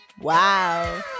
wow